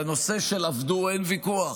בנושא של "עבדו" אין ויכוח,